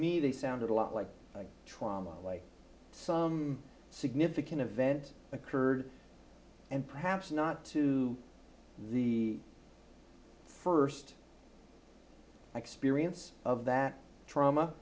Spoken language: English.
me they sounded a lot like trauma like some significant event occurred and perhaps not to the first experience of that trauma